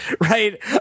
right